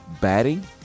batting